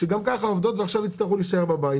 שגם כך עובדות ועכשיו יצטרכו להישאר בבית.